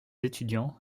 étudiants